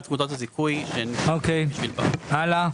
אוקיי, הלאה.